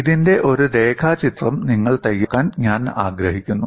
ഇതിന്റെ ഒരു രേഖാചിത്രം നിങ്ങൾ തയ്യാറാക്കാൻ ഞാൻ ആഗ്രഹിക്കുന്നു